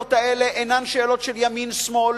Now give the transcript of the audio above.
השאלות האלה אינן שאלות של ימין-שמאל,